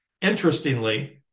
Interestingly